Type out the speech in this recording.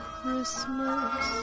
Christmas